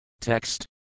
Text